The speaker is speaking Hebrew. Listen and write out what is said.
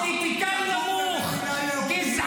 אתה כל החיים שלך תגור במדינה יהודית,